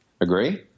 Agree